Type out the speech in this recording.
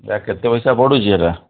ଏଟା କେତେ ପଇସା ପଡ଼ୁଛି ହେଇଟା